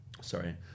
Sorry